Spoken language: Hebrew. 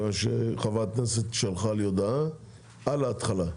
מכיוון שחברת הכנסת שלחה לי הודעה בהתחלה,